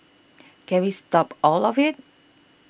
can we stop all of it